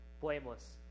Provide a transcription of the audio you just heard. Blameless